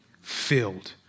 filled